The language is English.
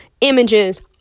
images